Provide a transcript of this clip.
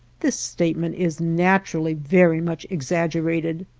this statement is naturally very much exaggerated.